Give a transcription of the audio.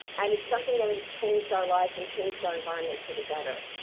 and it's something that has changed our lives and changed our environment for the better.